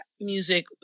music